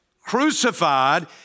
Crucified